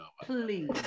please